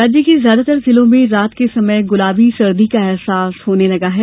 मौसम राज्य के ज्यादातर जिलों में रात के समय गुलाबी सर्दी का अहसास होने लगा है